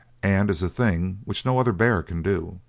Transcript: and is a thing which no other bear can do.